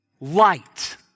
light